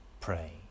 pray